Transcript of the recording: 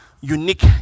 unique